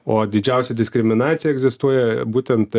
o didžiausia diskriminacija egzistuoja būtent